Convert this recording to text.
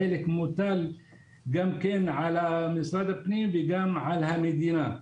חלק מוטל על משרד הפנים ועל המדינה.